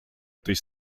этой